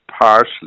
partially